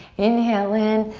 inhale in,